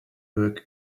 work